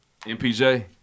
MPJ